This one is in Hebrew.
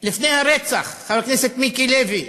לפני הרצח, חבר הכנסת מיקי לוי,